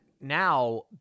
now